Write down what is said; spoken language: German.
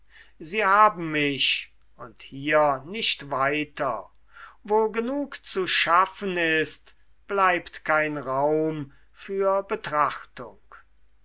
sie haben mich und hier nicht weiter wo genug zu schaffen ist bleibt kein raum für betrachtung